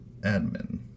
admin